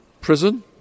prison